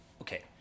Okay